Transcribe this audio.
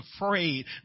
afraid